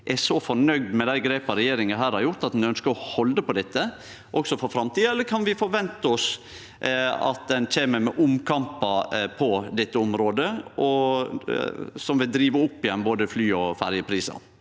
er så fornøgd med dei grepa regjeringa her har gjort, at ein ønskjer å halde på dette også for framtida, eller kan vi forvente at ein kjem med omkampar på dette området, som då vil drive opp igjen både fly- og ferjeprisar?